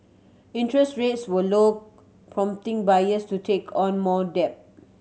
interest rates were low prompting buyers to take on more debt